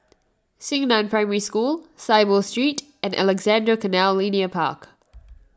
Xingnan Primary School Saiboo Street and Alexandra Canal Linear Park